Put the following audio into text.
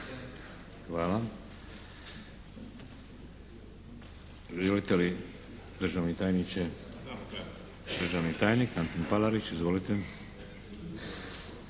Hvala. Želite li državni tajniče? Državni tajnik, Antun Palarić. Izvolite.